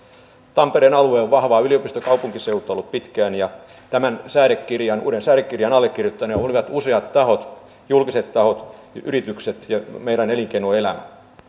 tampereen alue on vahvaa yliopistokaupunkiseutua ollut pitkään ja tämän uuden säädekirjan allekirjoittajina olivat useat tahot julkiset tahot yritykset ja meidän elinkeinoelämä